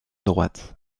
droite